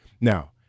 Now